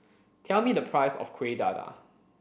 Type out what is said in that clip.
tell me the price of Kuih Dadar